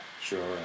Sure